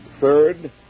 Third